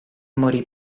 morì